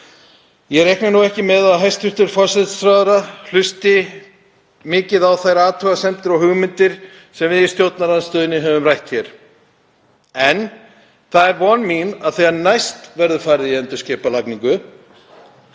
Ég reikna ekki með að hæstv. forsætisráðherra hlusti mikið á þær athugasemdir og hugmyndir sem við í stjórnarandstöðunni höfum rætt hér. En það er von mín að þegar næst verður farið í endurskipulagningu